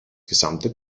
gesamte